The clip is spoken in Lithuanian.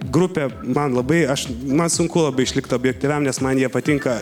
grupė man labai aš man sunku labai išlikt objektyviam nes man jie patinka